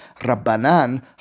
Rabbanan